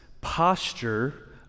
posture